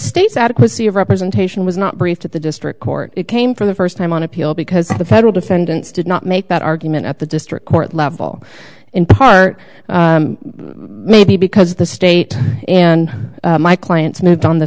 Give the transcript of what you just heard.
states adequacy of representation was not briefed to the district court it came for the first time on appeal because the federal defendants did not make that argument at the district court level in part maybe because the state and my clients moved on the